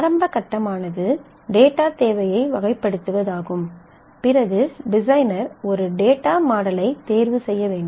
ஆரம்ப கட்டமானது டேட்டா தேவையை வகைப்படுத்துவதாகும் பிறகு டிசைனர் ஒரு டேட்டா மாடலை தேர்வு செய்ய வேண்டும்